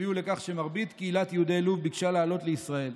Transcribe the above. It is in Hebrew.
הביאו לכך שמרבית קהילת יהודי לוב ביקשה לעלות לישראל.